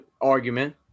argument